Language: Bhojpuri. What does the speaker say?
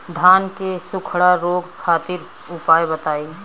धान के सुखड़ा रोग खातिर उपाय बताई?